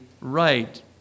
right